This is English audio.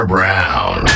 Brown